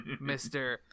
Mr